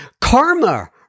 karma